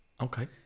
Okay